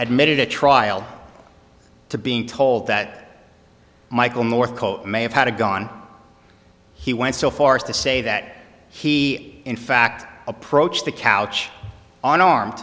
admitted at trial to being told that michael moore may have had gone he went so far as to say that he in fact approached the couch on armed